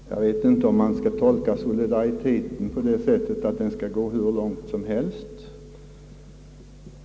Jag vet inte om vi skall gå hur långt som helst när det gäller att tolka begreppet solidaritet.